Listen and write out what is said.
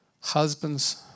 husbands